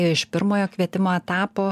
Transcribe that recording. iš pirmojo kvietimo etapo